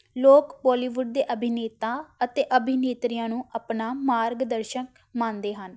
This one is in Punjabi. ਲੋਕ ਬੋਲੀਵੁੱਡ ਦੇ ਅਭਿਨੇਤਾ ਅਤੇ ਅਭਿਨੇਤਰੀਆਂ ਨੂੰ ਆਪਣਾ ਮਾਰਗਦਰਸ਼ਕ ਮੰਨਦੇ ਹਨ